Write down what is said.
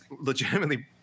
legitimately –